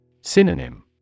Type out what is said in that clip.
Synonym